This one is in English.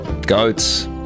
goats